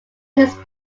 his